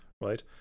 right